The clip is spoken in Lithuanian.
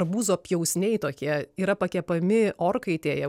arbūzo pjausniai tokie yra pakepami orkaitėje